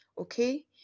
Okay